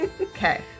Okay